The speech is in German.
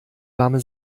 warme